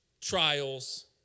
trials